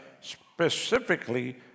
specifically